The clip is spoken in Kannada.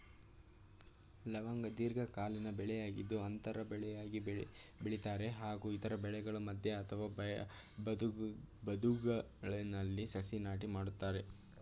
ಲವಂಗ ದೀರ್ಘಕಾಲೀನ ಬೆಳೆಯಾಗಿದ್ದು ಅಂತರ ಬೆಳೆಯಾಗಿ ಬೆಳಿತಾರೆ ಹಾಗೂ ಇತರ ಬೆಳೆಗಳ ಮಧ್ಯೆ ಅಥವಾ ಬದುಗಳಲ್ಲಿ ಸಸಿ ನಾಟಿ ಮಾಡ್ತರೆ